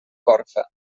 corfa